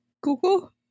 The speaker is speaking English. Google